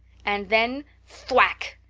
and then thwack!